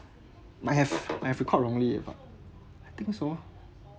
might have might have recalled wrongly ya but I think so